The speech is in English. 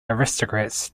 aristocrats